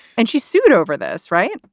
and she sued over this, right?